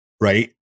right